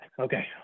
Okay